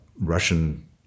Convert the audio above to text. Russian